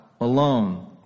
alone